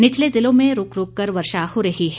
निचले ज़िलों में रूक रूक कर वर्षा हो रही है